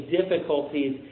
difficulties